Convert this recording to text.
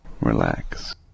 Relax